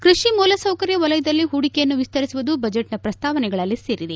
ಕ್ಲಷಿ ಮೂಲಸೌಕರ್ಯ ವಲಯದಲ್ಲಿ ಹೂಡಿಕೆಯನ್ನು ವಿಸ್ತರಿಸುವುದು ಬಜೆಟ್ನ ಪ್ರಸ್ತಾವನೆಗಳಲ್ಲಿ ಸೇರಿದೆ